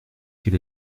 quel